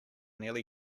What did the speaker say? nearly